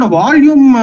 volume